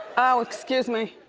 oh, excuse me.